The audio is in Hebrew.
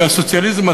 כי הסוציאליזם,